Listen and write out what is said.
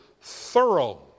thorough